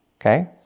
Okay